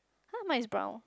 [huh] mine is brown